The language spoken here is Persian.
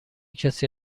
کسی